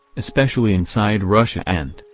especially inside russia and,